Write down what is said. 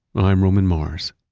i'm roman mars,